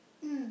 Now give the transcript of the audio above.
mm